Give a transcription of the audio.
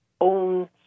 own